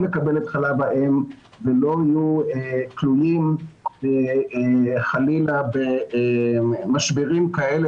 לקבל את חלב האם ולא יהיו תלויים חלילה במשברים כאלה